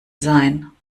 sein